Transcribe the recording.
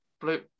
blue